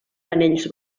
panells